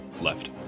left